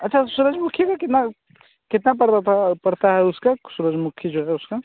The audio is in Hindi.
अच्छा सूरजमुखी भी कितना कितना पड़ता है पड़ता है उसका सूरजमुखी जो है उसका